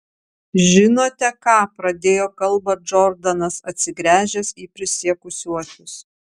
žinote ką pradėjo kalbą džordanas atsigręžęs į prisiekusiuosius